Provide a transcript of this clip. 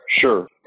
Sure